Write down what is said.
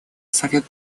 совет